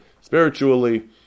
spiritually